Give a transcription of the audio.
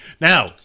Now